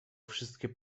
wszystkie